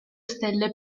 stelle